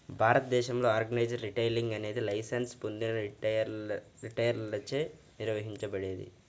భారతదేశంలో organised retailing అనేది licence పొందిన రిటైలర్లచే నిర్వహించబడేది